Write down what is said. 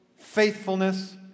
Faithfulness